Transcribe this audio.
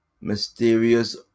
Mysterious